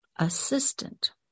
assistant